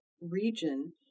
region